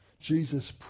Jesus